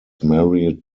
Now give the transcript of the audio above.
married